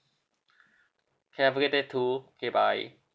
K have a good day too okay bye